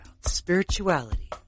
spirituality